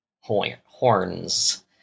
horns